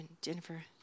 Jennifer